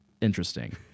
Interesting